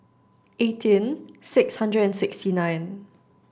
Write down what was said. eighteen six hundred and sixty nine